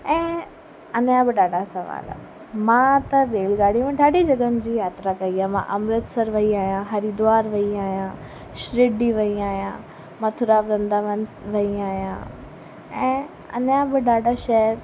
ऐं अञा बि ॾाढा सुवाल मां त रेलगाड़ी में ॾाढी जॻहियुनि जी यात्रा कई आहे मां अमृतसर वई आहियां हरिद्वार वई आहियां शिरडी वई आहियां मथुरा वृंदावन वई आहियां ऐं अञा बि ॾाढा शहर